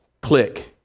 click